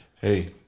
Hey